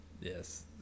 Yes